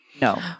No